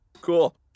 Cool